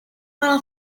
out